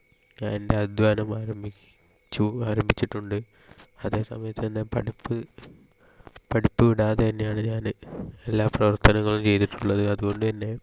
എൻ്റെ അധ്വാനം ആരംഭിക്കു ച്ചു ആരംഭിച്ചിട്ടുണ്ട് അതെ സമയം തന്നെ പഠിപ്പ് പഠിപ്പ് വിടാതെ തന്നെയാണ് ഞാന് എല്ലാ പ്രവർത്തനങ്ങളും ചെയ്തിട്ടുള്ളത് അതുകൊണ്ട് തന്നെ